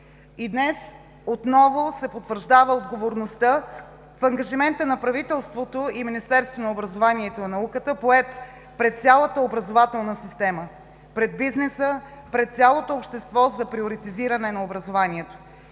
И днес отново се потвърждава отговорността в ангажимента на правителството и Министерството на образованието и науката, поет пред цялата образователна система, пред бизнеса, пред цялото общество, за приоритизиране на образованието.